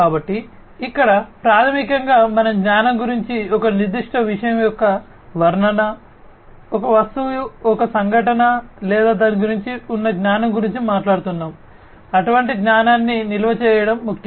కాబట్టి ఇక్కడ ప్రాథమికంగా మనం జ్ఞానం గురించి ఒక నిర్దిష్ట విషయం యొక్క వర్ణన ఒక వస్తువు ఒక సంఘటన లేదా దాని గురించి ఉన్న జ్ఞానం గురించి మాట్లాడుతున్నాము అటువంటి జ్ఞానాన్ని నిల్వ చేయడం ముఖ్యం